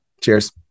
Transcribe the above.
Cheers